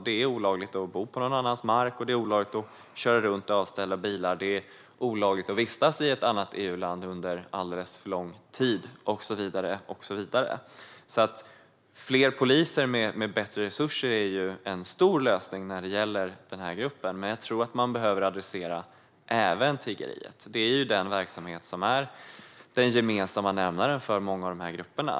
Det är olagligt att bo på någon annans mark, och det är olagligt att köra runt i avställda bilar. Det är olagligt att vistas i ett annat EU-land under alldeles för lång tid, och så vidare. Fler poliser med bättre resurser är en stor lösning när det gäller den gruppen, men jag tror att man behöver adressera även tiggeriet. Det är den verksamhet som är den gemensamma nämnaren för många av grupperna.